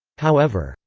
however,